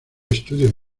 estudios